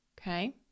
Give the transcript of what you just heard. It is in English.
Okay